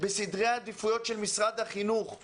בסדרי עדיפויות של משרד החינוך אבל